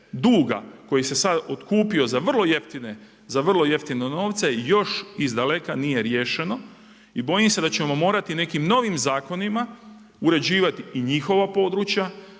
duga koje se sad otkupio za vrlo jeftine novce još izdaleka nije riješeno i bojim se da ćemo morati nekim novim zakonima uređivati i njihova područja,